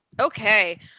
Okay